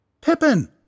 Pippin